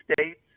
states